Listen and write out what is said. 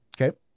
Okay